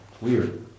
Weird